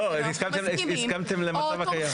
לא, הסכמתם למצב הקיים.